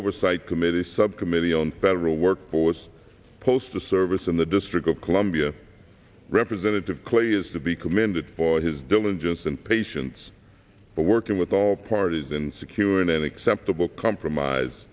oversight committee subcommittee on federal workforce postal service in the district of columbia representative clay is to be commended for his diligence and patience but working with all parties and securing an acceptable compromise